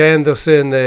Anderson